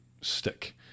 stick